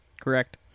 Correct